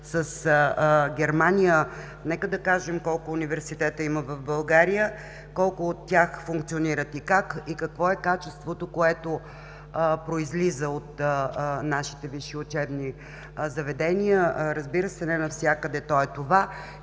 с Германия, нека да кажем колко университета има в България, колко от тях функционират и как, и какво е качеството, което произлиза от нашите висши учебни заведения? Разбира се, не навсякъде то е такова.